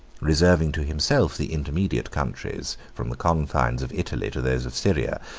reserving to himself the intermediate countries from the confines of italy to those of syria,